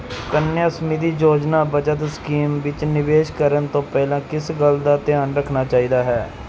ਸੁਕੰਨਿਆ ਸਮ੍ਰਿਧੀ ਯੋਜਨਾ ਬੱਚਤ ਸਕੀਮ ਵਿੱਚ ਨਿਵੇਸ਼ ਕਰਨ ਤੋਂ ਪਹਿਲਾ ਕਿਸ ਗੱਲ ਦਾ ਧਿਆਨ ਰੱਖਣਾ ਚਾਹੀਦਾ ਹੈ